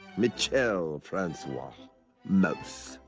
michel francois mouse.